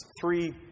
Three